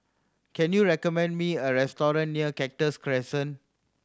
can you recommend me a restaurant near Cactus Crescent